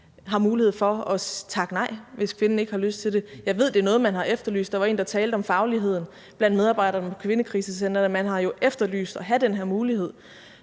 selv mulighed for at takke nej, hvis kvinden ikke har lyst til det. Jeg ved, det er noget, man har efterlyst. Der var en, der talte om fagligheden blandt medarbejderne på kvindekrisecentrene. Man har jo efterlyst at have den her mulighed